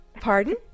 pardon